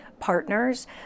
partners